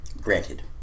Granted